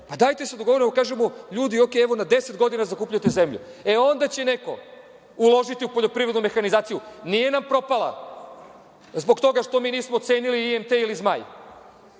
da se dogovorimo da kažemo – ljudi, okej, na deset godina zakupljujete zemlju. E, onda će neko uložiti u poljoprivrednu mehanizaciju. Nije nam propala zbog toga što mi nismo cenili IMT ili „Zmaj“,